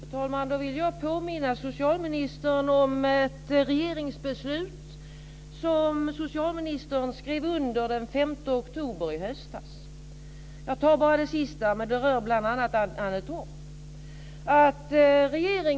Fru talman! Då vill jag påminna socialministern om ett regeringsbeslut som han skrev under den 5 oktober i höstas. Jag läser bara det sista, men det rör bl.a. Annetorp.